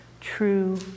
true